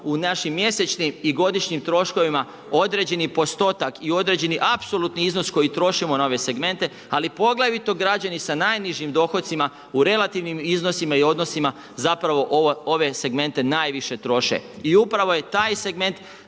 u našim mjesečnim i godišnjim troškovima određeni postotak i određeni apsolutni iznos koji trošimo na ove segmente, ali poglavito građani sa najnižim dohocima u relativnim iznosima i odnosima zapravo ove segmente najviše troše. I upravo je taj segment